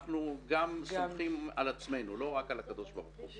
אנחנו גם סומכים על עצמנו ולא רק על הקדוש ברוך הוא.